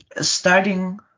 starting